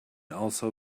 also